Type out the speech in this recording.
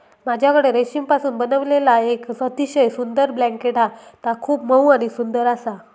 माझ्याकडे रेशीमपासून बनविलेला येक अतिशय सुंदर ब्लँकेट हा ता खूप मऊ आणि सुंदर आसा